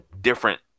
different